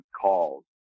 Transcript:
calls